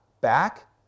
back